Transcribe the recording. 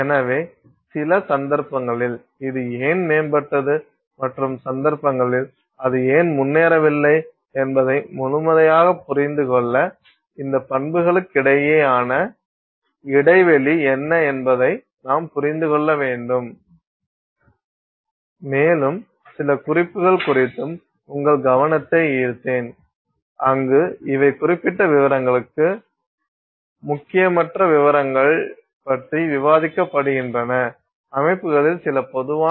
எனவே சில சந்தர்ப்பங்களில் இது ஏன் மேம்பட்டது மற்ற சந்தர்ப்பங்களில் அது ஏன் முன்னேறவில்லை என்பதை முழுமையாகப் புரிந்துகொள்ள இந்த பண்புகளுக்கிடையேயான இடைவெளி என்ன என்பதை நாம் புரிந்து கொள்ள வேண்டும் மேலும் சில குறிப்புகள் குறித்தும் உங்கள் கவனத்தை ஈர்த்தேன் அங்கு இவை குறிப்பிட்ட விவரங்களுக்கு முக்கியமற்ற விவரங்கள் பற்றி விவாதிக்கப்படுகின்றன அமைப்புகளில் சில பொதுவான போக்குகளை நாம் முன்வைத்திருக்கிறோம் அவை அவற்றின் அமைப்புகளுக்கு குறிப்பிட்டவை அவை அந்த அமைப்புகளைப் பொறுத்து தரவைத் தருகின்றன